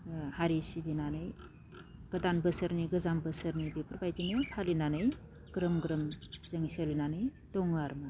हारि सिबिनानै गोदान बोसोरनि गोजाम बोसोरनि बेफोरबायदिनो फालिनानै ग्रोम ग्रोम जों सोलिनाने दङ आरोमा